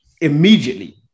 immediately